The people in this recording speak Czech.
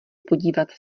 podívat